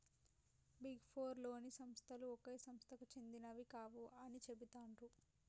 big four లోని సంస్థలు ఒక సంస్థకు సెందినవి కావు అని చెబుతాండ్రు